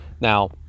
Now